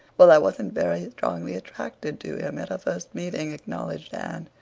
well, i wasn't very strongly attracted to him at our first meeting, acknowledged anne,